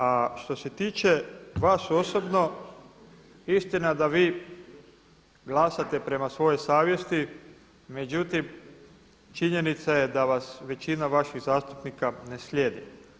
A što se tiče vas osobno istina je da vi glasate prema svojoj savjesti, međutim činjenica je da vas većina vaših zastupnika ne slijedi.